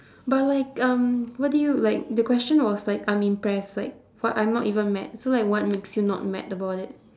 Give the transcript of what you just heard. but like um what do you like the question was like I'm impressed like but I'm not even mad so like what makes you not mad about it